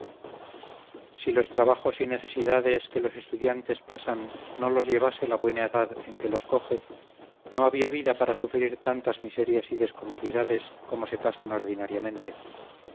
si los trabajos y necesidades que los estudiantes pasan no los llevase la buena edad en que los coge no había vida para sufrir tantas miserias y descomodidades como se pasan ordinariamente